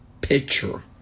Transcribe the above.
picture